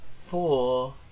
four